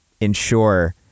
ensure